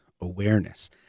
awareness